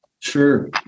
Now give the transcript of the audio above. Sure